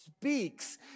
speaks